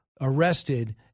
arrested